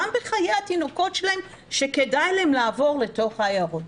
גם בחיי התינוקות שלהם לעבור לתוך העיירות.